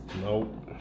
Nope